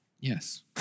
Yes